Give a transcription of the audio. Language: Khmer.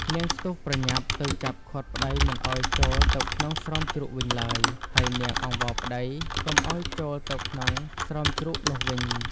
នាងស្ទុះប្រញាប់ ទៅចាប់ឃាត់ប្ដីមិនឱ្យចូលទៅក្នុងស្រោមជ្រូកវិញឡើយ ហើយនាងអង្វរប្ដីកុំឱ្យចូលទៅក្នុងស្រោមជ្រូកនោះវិញ។